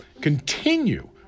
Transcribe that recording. continue